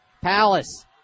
Palace